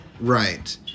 Right